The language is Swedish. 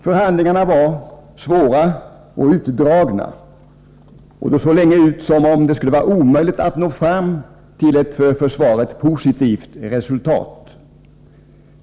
Förhandlingarna var svåra och utdragna, och det såg länge ut som om det skulle vara omöjligt att nå fram till ett för försvaret positivt resultat.